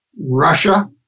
Russia